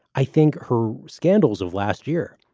i think her scandals of last year,